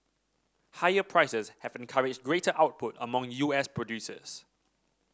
higher prices have encouraged greater output among U S producers